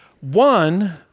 One